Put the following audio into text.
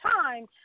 time